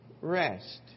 rest